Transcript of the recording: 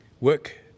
work